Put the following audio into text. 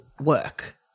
work